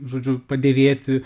žodžiu padėvėti